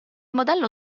modello